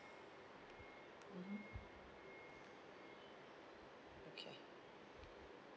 mmhmm okay